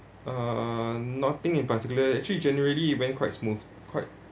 uh nothing in particular actually generally it went quite smooth quite